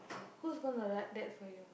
who's going to write that for you